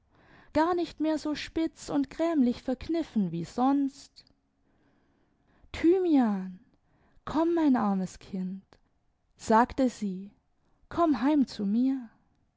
gar nicht mehr so spitz und grämlich verkniffen wie sonst thymian komm mein armes kind sagte sie komm heim zu mir